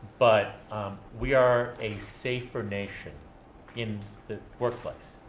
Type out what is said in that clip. but we are a safer nation in the workplace.